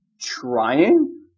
trying